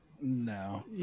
no